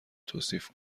توصیف